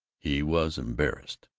he was embarrassed.